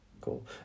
cool